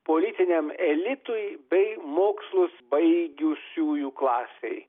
politiniam elitui bei mokslus baigusiųjų klasei